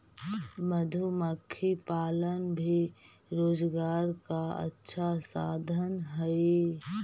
मधुमक्खी पालन भी रोजगार का अच्छा साधन हई